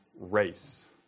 race